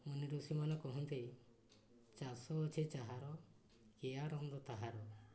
ମୁନି ଋଷି ମାନେ କହନ୍ତି ଚାଷ ଅଛି ଯାହାର କି ଆନନ୍ଦ ତାହାର